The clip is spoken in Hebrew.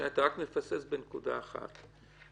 ישי, אתה מפספס בנקודה אחת.